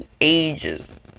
Ages